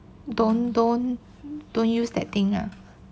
don don don't use that thing ah